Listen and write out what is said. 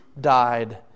died